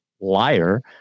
liar